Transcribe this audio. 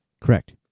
Correct